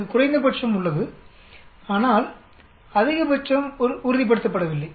இதற்கு குறைந்தபட்சம் உள்ளது ஆனால் அதிகபட்சம் உறுதிப்படுத்தப்படவில்லை